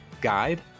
guide